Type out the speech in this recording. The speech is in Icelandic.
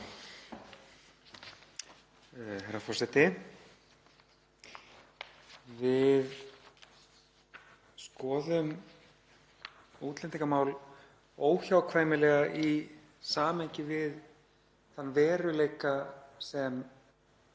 Herra forseti. Við skoðum útlendingamál óhjákvæmilega í samhengi við þann veruleika sem